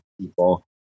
people